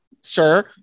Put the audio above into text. sir